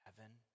Heaven